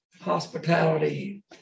hospitality